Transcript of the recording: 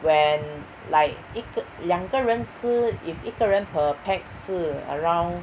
when like 一个两个人吃 if 一个人 per pax 是 around